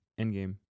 Endgame